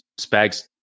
Spags